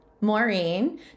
Maureen